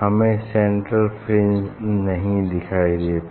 हमें central fringe नहीं दिखाई देती